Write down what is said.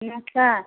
ଆଛା